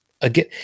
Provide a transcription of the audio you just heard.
again